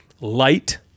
light